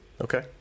Okay